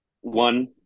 one